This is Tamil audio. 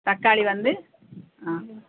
தக்காளி வந்து ஆ